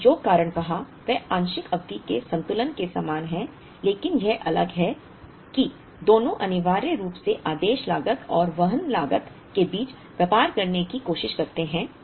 मैंने जो कारण कहा वह आंशिक अवधि के संतुलन के समान है लेकिन यह अलग है कि दोनों अनिवार्य रूप से आदेश लागत और वहन लागत के बीच व्यापार करने की कोशिश करते हैं